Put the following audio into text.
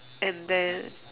and then